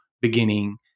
beginning